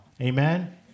Amen